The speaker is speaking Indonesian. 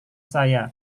saya